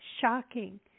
shocking